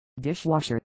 dishwasher